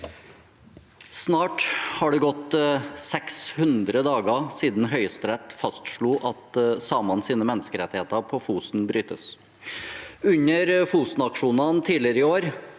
Snart har det gått 600 dager siden Høyesterett fastslo at samenes menneskerettigheter på Fosen brytes. Under Fosen-aksjonen tidligere i år,